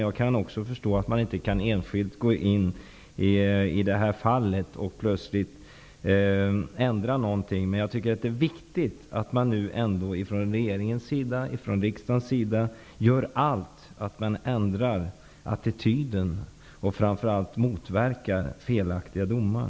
Jag kan förstå att man inte kan gå in på detta enskilda fall och plötsligt ändra någonting, men det är viktigt att man från regeringens och riksdagens sida gör allt för att förändra attityderna och motverka felaktiga domar.